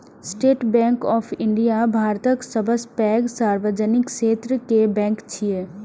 state Bank of India भारतक सबसं पैघ सार्वजनिक क्षेत्र के बैंक छियै